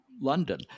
London